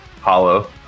Hollow